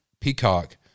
peacock